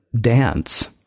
dance